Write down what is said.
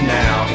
now